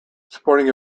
sporting